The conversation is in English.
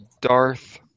Darth